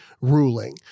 ruling